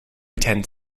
attend